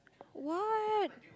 what